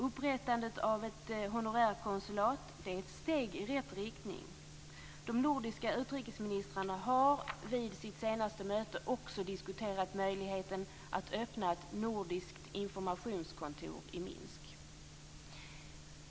Upprättandet av ett honorärkonsulat är ett steg i rätt riktning. De nordiska utrikesministrarna har vid sitt senaste möte också diskuterat möjligheten att öppna ett nordiskt informationskontor i Minsk.